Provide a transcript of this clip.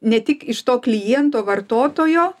ne tik iš to kliento vartotojo